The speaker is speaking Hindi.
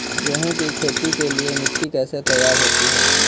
गेहूँ की खेती के लिए मिट्टी कैसे तैयार होती है?